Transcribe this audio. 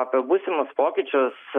apie būsimus pokyčius